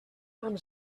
amb